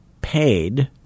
paid –